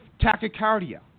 tachycardia